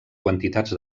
quantitats